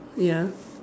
ya